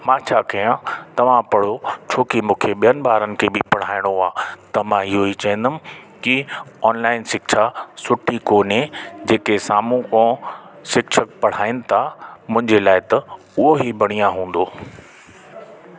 मां छा कयां तव्हां पढ़ो छोकी मूंखे ॿियनि ॿारनि खे बि पढ़ाइणो आहे त मां इहो ई चवंदुमि की ऑनलाइन शिक्षा सुठी कोन्हे जेके साम्हूं खां शिक्षक पढ़ाइनि था मुंहिंजे लाइ त उहो ई बढ़िया हूंदो